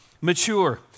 mature